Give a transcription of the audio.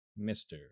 Mr